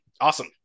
Awesome